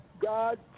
God